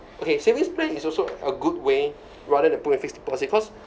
okay savings plan is also a good way rather than put in fixed deposit cause